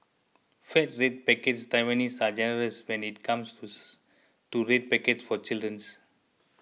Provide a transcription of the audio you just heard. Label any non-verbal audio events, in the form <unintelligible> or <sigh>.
fat red packets Taiwanese are generous when it comes <unintelligible> to red packets for <unintelligible>